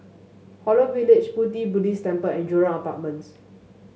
Holland Village Pu Ti Buddhist Temple and Jurong Apartments